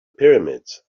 pyramids